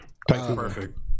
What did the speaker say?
perfect